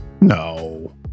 No